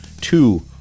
two